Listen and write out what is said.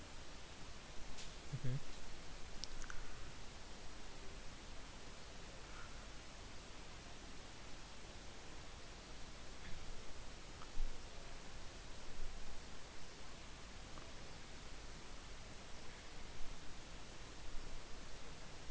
mmhmm